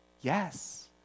Yes